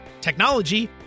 technology